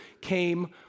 came